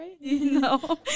no